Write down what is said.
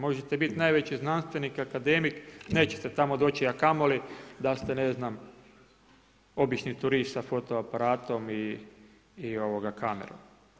Možete biti najveći znanstvenik, akademik, nećete tamo doći, a kamo lii da ste ne znam, obični turist sa fotoaparatom ii kamarom.